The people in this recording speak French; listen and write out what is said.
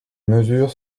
mesures